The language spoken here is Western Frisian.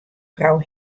frou